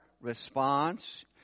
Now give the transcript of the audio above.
response